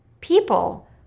People